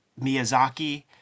miyazaki